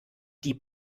die